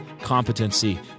competency